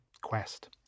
Quest